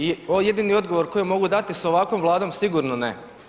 I jedini odgovor koji mogu dati s ovakvom vladom, sigurno ne.